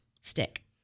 Stick